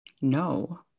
No